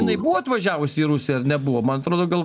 jinai buvo atvažiavus į rusiją ar nebuvo man atrodo gal